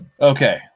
Okay